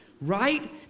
right